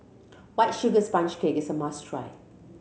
White Sugar Sponge Cake is a must try